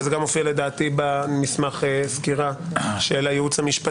וזה גם מופיע לדעתי במסמך הסקירה של הייעוץ המשפטי.